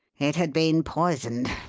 it had been poisoned.